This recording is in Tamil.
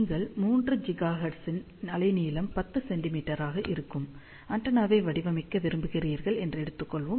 நீங்கள் 3 GHz ல் அலைநீளம் 10 சென்டிமீட்டர் ஆக இருக்கும் ஆண்டெனாவை வடிவமைக்க விரும்புகிறீர்கள் என்று எடுத்துக் கொள்வோம்